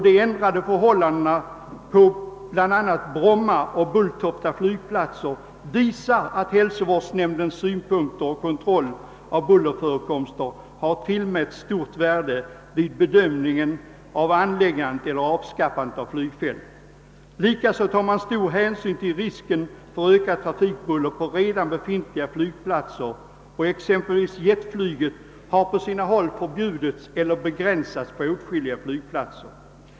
De ändrade förhållandena på bl.a. Bromma och Bulltofta flygplatser visar att hälsovårdsnämndernas synpunkter och kontroll av bullerförekomst har tillmätts stort värde vid bedömningen av anläggandet eller avskaffandet av flygfält. Likaså tar man stor hänsyn till risken för ökat trafikbuller på redan befintliga flygplatser. Exempelvis har jetflyget förbjudits eller begränsats på åtskilliga flygplatser.